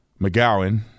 McGowan